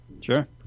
sure